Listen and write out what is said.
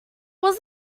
was